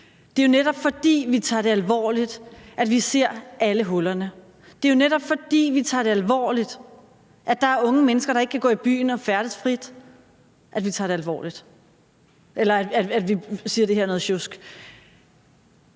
Det er jo netop, fordi vi tager det alvorligt, at vi ser alle hullerne. Det er jo netop, fordi vi tager alvorligt, at der er unge mennesker, der ikke kan gå i byen og færdes frit, at vi siger, at det her er noget sjusk.